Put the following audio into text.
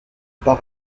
pas